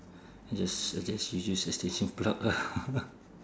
just suggest you use extension plug ah